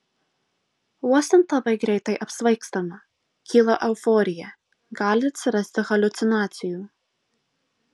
uostant labai greitai apsvaigstama kyla euforija gali atsirasti haliucinacijų